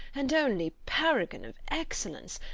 and only paragon of excellence,